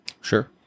Sure